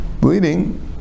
bleeding